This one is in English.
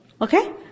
Okay